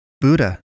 Buddha